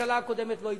הממשלה הקודמת לא אפשרה.